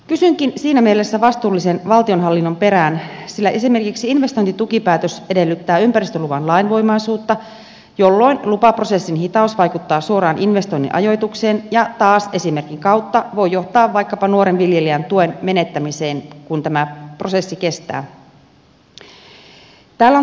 kysynkin siinä mielessä vastuullisen valtionhallinnon perään sillä esimerkiksi investointitukipäätös edellyttää ympäristöluvan lainvoimaisuutta jolloin lupaprosessin hitaus vaikuttaa suoraan investoinnin ajoitukseen ja taas esimerkin kautta voi johtaa vaikkapa nuoren viljelijän tuen menettämiseen kun tämä prosessi kestää